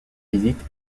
visite